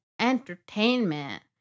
entertainment